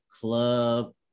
club